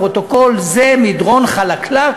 לפרוטוקול: זה מדרון חלקלק,